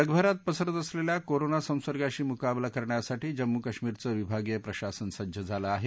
जगभरात पसरत असलेल्या कोरोना संसर्गाशी मुकाबला करण्यासाठी जम्मू कश्मीरचं विभागीय प्रशासन सज्ज झालं आहे